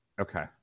Okay